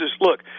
look